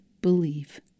believe